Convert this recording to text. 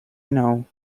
know